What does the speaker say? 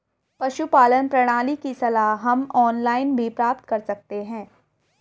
पशुपालन प्रणाली की सलाह हम ऑनलाइन भी प्राप्त कर सकते हैं